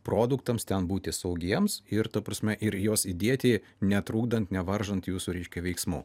produktams ten būti saugiems ir ta prasme ir juos įdėti netrukdant nevaržant jūsų reiškia veiksmų